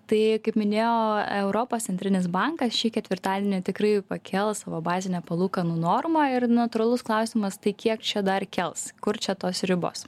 tai kaip minėjau europos centrinis bankas šį ketvirtadienį tikrai pakels savo bazinę palūkanų normą ir natūralus klausimas tai kiek čia dar kels kur čia tos ribos